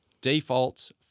defaults